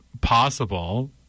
possible